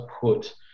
put